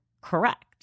correct